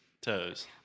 Toes